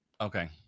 Okay